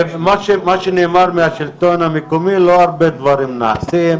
לפני כל אירוע כפי שנאמר פה גם כן, אני אשלים,